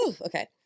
Okay